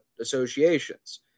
associations